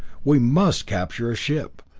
we must capture a ship.